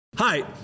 Hi